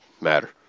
matter